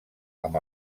amb